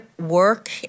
work